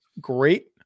great